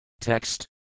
Text